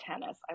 tennis